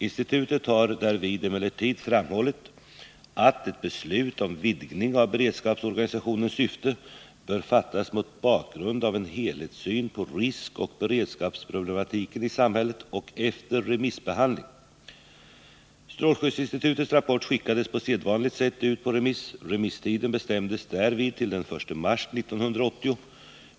Institutet har därvid emellertid framhållit att ett beslut om vidgning av beredskapsorganisationens syfte bör fattas mot bakgrund av en helhetssyn på riskoch beredskapsproblematiken i samhället och efter remissbehandling. Strålskyddsinstitutets rapport skickades på sedvanligt sätt ut på remiss. Remisstiden bestämdes därvid till den 1 mars 1980.